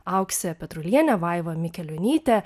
auksė petrulienė vaiva mikelionytė